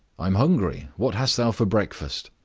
i am hungry. what hast thou for breakfast?